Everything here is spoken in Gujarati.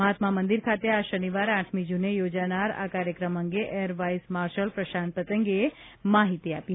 મહાત્મા મંદિર ખાતે આ શનિવાર આઠમી જૂને યોજાનારા આ કાર્યક્રમ અંગે એર વાઇસ માર્શલ પ્રશાંત પતંગેએ માહિતી આપી